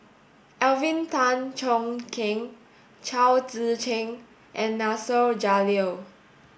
Alvin Tan Cheong Kheng Chao Tzee Cheng and Nasir Jalil